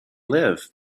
live